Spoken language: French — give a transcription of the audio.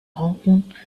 rencontre